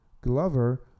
Glover